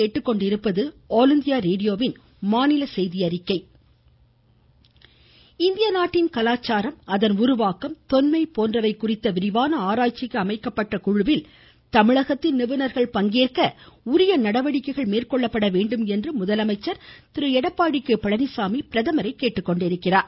முதலமைச்சர் கலாச்சாரம் இந்திய நாட்டின் கலாச்சாரம் அதன் உருவாக்கம் தொன்மை போன்றவை குறித்த விரிவான ஆராய்ச்சிக்கு அமைக்கப்பட்ட குழுவில் தமிழகத்தின் நிபுணர்கள் பங்கேற்க உரிய நடவடிக்கைகளை மேற்கொள்ள வேண்டும் என்று முதலமைச்சர் திரு எடப்பாடி கே பழனிச்சாமி பிரதமரை கேட்டுக்கொண்டிருக்கிறார்